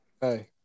Hey